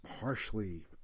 harshly